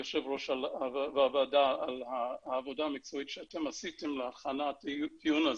יושב הראש והוועדה על העבודה המקצועית שאתם עשיתם להכנת הדיון הזה.